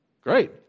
Great